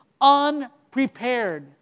unprepared